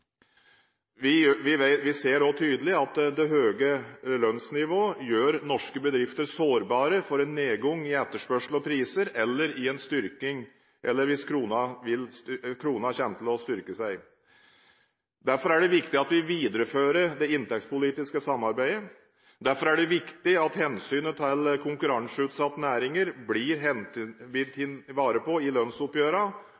Vi ser også tydelig at det høye lønnsnivået gjør norske bedrifter sårbare for en nedgang i etterspørsel og priser eller for en styrking av krona. Derfor er det viktig at vi viderefører det inntektspolitiske samarbeidet. Derfor er det viktig at hensynet til konkurranseutsatte næringer blir